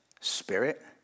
spirit